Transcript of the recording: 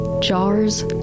Jars